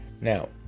Now